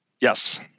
Yes